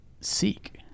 seek